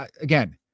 Again